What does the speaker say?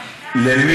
ללשכה?